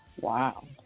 Wow